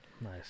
Nice